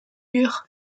eurent